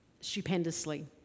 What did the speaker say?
stupendously